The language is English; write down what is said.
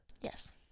Yes